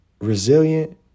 Resilient